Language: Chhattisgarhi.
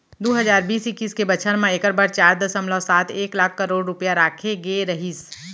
दू हजार बीस इक्कीस के बछर म एकर बर चार दसमलव सात एक लाख करोड़ रूपया राखे गे रहिस